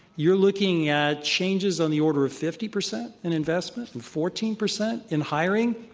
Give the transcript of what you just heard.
you're looking at changes on the order of fifty percent in investment, fourteen percent in hiring,